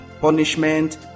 punishment